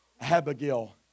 Abigail